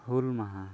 ᱦᱩᱞ ᱢᱟᱦᱟ